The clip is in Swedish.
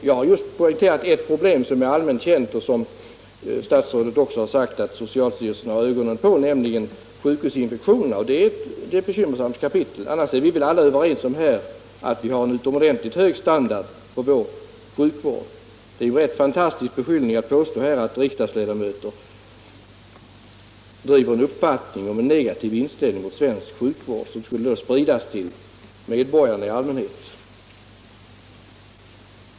Jag har för min del poängterat ett problem som är allmänt känt och som statsrådet själv har sagt att socialstyrelsen har ögonen på, nämligen sjukhusinfektionerna. Det är ett bekymmersamt kapitel. I övrigt är vi väl alla här ense om att vi har en utomordentligt hög standard på vår sjukvård. Och då är det ju en rätt fantastisk beskyllning att riksdagsledamöter skulle ha en negativ inställning till svensk sjukvård och att den uppfattningen skulle spridas till medborgarna i allmänhet!